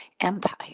empire